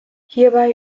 hierbei